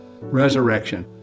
resurrection